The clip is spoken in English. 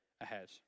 ahead